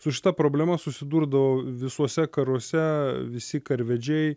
su šita problema susidurdavo visuose karuose visi karvedžiai